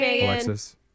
Alexis